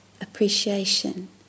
appreciation